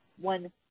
one